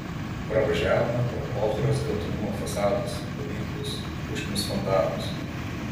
pravažiavome pro ochros geltonumo fasadus paminklus puošnius fontanus